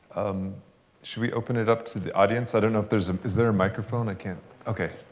should we open it up to the audience? i don't know if there's ah is there a microphone? i can't ok.